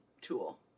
tool